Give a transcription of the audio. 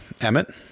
Emmett